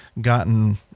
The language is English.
gotten